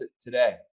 today